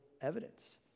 evidence